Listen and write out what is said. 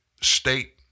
state